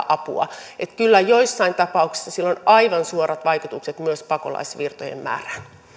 apua että kyllä joissain tapauksissa sillä on aivan suorat vaikutukset myös pakolaisvirtojen määrään